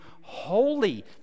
holy